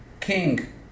king